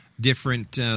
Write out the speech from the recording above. different